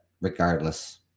regardless